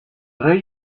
rey